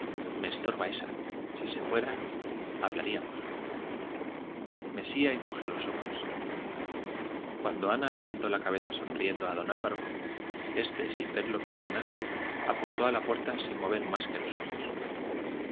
me estorba esa si se fuera hablaríamos mesía encogió los hombros cuando ana levantó la cabeza sonriendo a don álvaro este sin verlo quintanar apuntó a la puerta sin mover más que los ojos